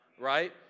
right